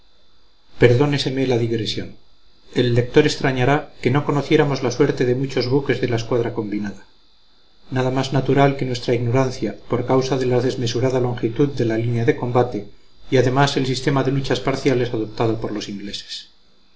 perdóneseme la digresión el lector extrañará que no conociéramos la suerte de muchos buques de la escuadra combinada nada más natural que nuestra ignorancia por causa de la desmesurada longitud de la línea de combate y además el sistema de luchas parciales adoptado por los ingleses